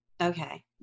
okay